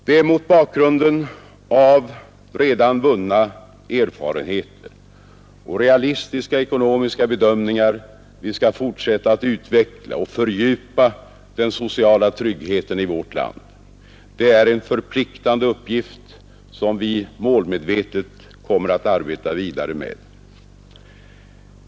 Det är mot bakgrunden av redan vunna erfarenheter och realistiska ekonomiska bedömningar vi skall fortsätta att utveckla och fördjupa den sociala tryggheten i vårt land. Det är en förpliktande uppgift som vi målmedvetet kommer att arbeta vidare med.